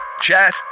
Chat